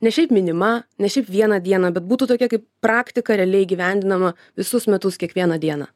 ne šiaip minima ne šiaip vieną dieną bet būtų tokia kaip praktika realiai įgyvendinama visus metus kiekvieną dieną